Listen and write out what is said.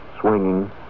swinging